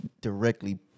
directly